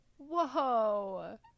Whoa